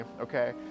okay